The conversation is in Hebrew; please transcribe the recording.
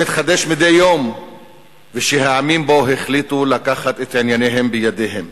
שמתחדש מדי יום ושהעמים בו החליטו לקחת את ענייניהם לידיהם.